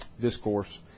discourse